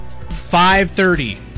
5-30